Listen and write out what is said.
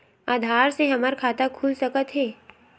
आधार से हमर खाता खुल सकत हे?